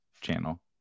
channel